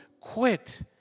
Quit